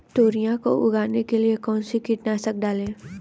तोरियां को उगाने के लिये कौन सी कीटनाशक डालें?